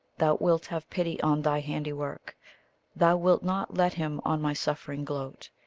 thou wilt have pity on thy handiwork thou wilt not let him on my suffering gloat,